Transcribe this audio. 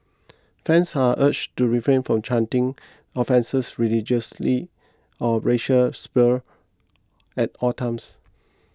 fans are urged to refrain from chanting offensive religious or racial slurs at all times